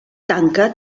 tanca